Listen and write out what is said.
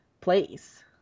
place